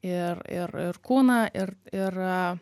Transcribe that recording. ir ir ir kūną ir ir